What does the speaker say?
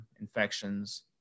infections